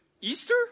Easter